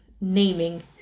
naming